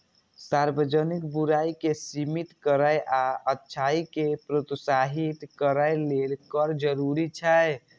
सार्वजनिक बुराइ कें सीमित करै आ अच्छाइ कें प्रोत्साहित करै लेल कर जरूरी छै